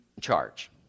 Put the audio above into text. charge